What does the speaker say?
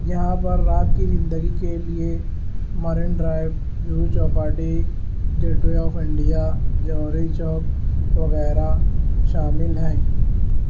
یہاں پر رات کی زندگی کے لیے Marine Drive Juhu Chowpatty Gateway of India Johri Chowk وغیرہ شامل ہیں